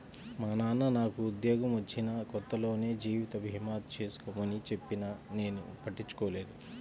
మా నాన్న నాకు ఉద్యోగం వచ్చిన కొత్తలోనే జీవిత భీమా చేసుకోమని చెప్పినా నేను పట్టించుకోలేదు